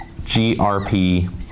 GRP